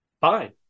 fine